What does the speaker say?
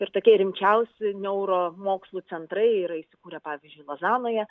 ir tokie rimčiausi neuromokslų centrai yra įsikūrę pavyzdžiui lozanoje